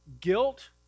Guilt